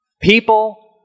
people